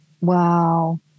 Wow